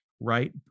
Right